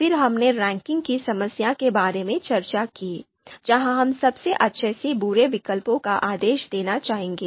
फिर हमने रैंकिंग की समस्या के बारे में चर्चा की जहां हम सबसे अच्छे से बुरे विकल्पों का आदेश देना चाहेंगे